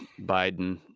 Biden